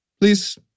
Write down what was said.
please